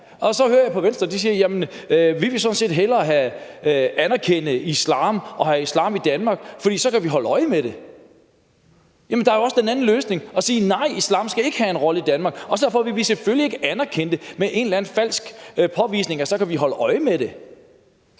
Og så hører jeg, at Venstre siger: Jamen vi vil sådan set hellere anerkende islam og have islam i Danmark, for så kan vi holde øje med det. Jamen der er jo også den anden løsning, hvor vi siger: Nej, islam skal ikke have en rolle i Danmark. Og så vil vi selvfølgelig heller ikke anerkende det med en eller anden falsk henvisning til, at så kan vi holde øje med det.